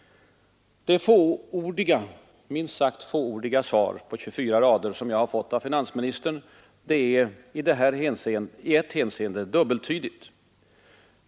Det minst sagt fåordiga svar på 24 rader som jag har fått av finansministern är i ett hänseende dubbeltydigt.